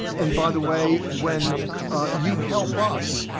and, by the way, when you help us,